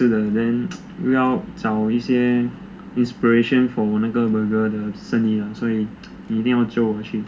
我很喜欢吃的 then 又要找一些 inspiration for 我的那个 burger 的生意所以你一定要 jio 我